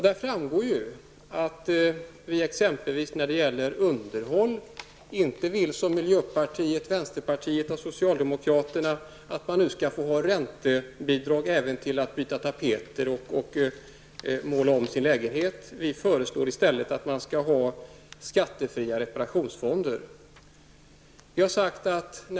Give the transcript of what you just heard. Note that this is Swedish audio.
Där framgår att vi exempelvis när det gäller underhåll inte vill som miljöpartiet, vänsterpartiet och socialdemokraterna, att man nu skall få räntebidrag även till att byta tapeter och måla som sin lägenhet. Vi föreslår i stället skattefria reparationsfonder.